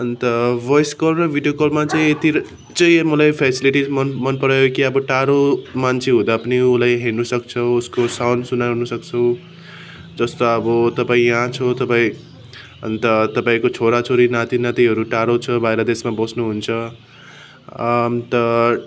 अन्त voice call र video कलमा चाहिँ यति चाहिँ मलाई फेसिलिटिज मन मनपरायो कि अब टाढो मान्छे हुँदा पनि उसलाई हेर्नु सक्छ उसको साउन्ड सुनाउनु सक्छु जस्तो अब तपाईँ यहाँ छु तपाईँ अन्त तपाईँको छोरा छोरी नाती नातीहरू टाढो छ बाहिर देशमा बस्नु हुन्छ अन्त